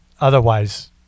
Otherwise